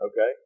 okay